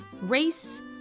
race